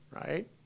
right